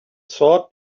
sword